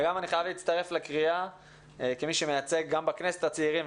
אני חייב להצטרף לקריאה כמי שמייצג גם בכנסת את הצעירים,